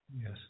Yes